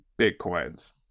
Bitcoins